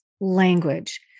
language